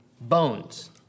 bones